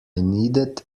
needed